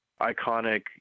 iconic